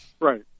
Right